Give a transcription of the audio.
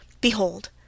Behold